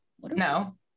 no